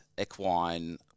equine